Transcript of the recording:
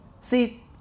see